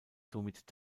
somit